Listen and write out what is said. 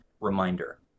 reminder